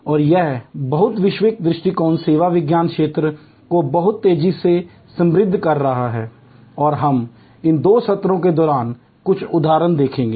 और यह बहु विषयक दृष्टिकोण सेवा विज्ञान ज्ञानक्षेत्र को बहुत तेज़ी से समृद्ध कर रहा है और हम इन दो सत्रों के दौरान कुछ उदाहरण देखेंगे